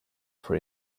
for